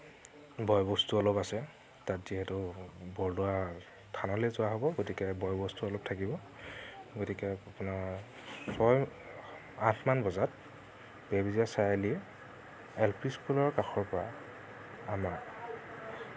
বয়বস্তু অলপ আছে তাত যিহেতু বৰদোৱা থানলৈ যোৱা হ'ব গতিকে বয়বস্তু অলপ থাকিব গতিকে আপোনাৰ ছয় আঠমান বজাত বেবেজিয়া চাৰিআলি এল পি স্কুলৰ কাষৰ পৰা আমাৰ